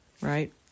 right